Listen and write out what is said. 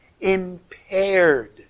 impaired